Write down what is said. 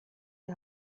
die